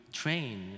train